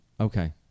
Okay